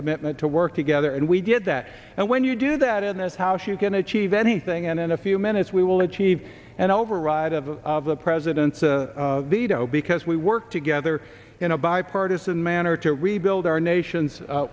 commitment to work together and we did that and when you do that in this house you can achieve anything and in a few minutes we will achieve and override of the president's a veto because we work together in a bipartisan manner to rebuild our nation's